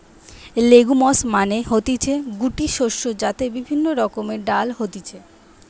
legumes মানে হতিছে গুটি শস্য যাতে বিভিন্ন রকমের ডাল হতিছে